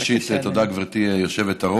ראשית, תודה, גברתי היושבת-ראש.